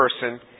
person